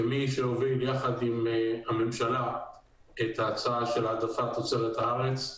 כמי שהוביל יחד עם הממשלה את ההצעה של העדפת תוצרת הארץ,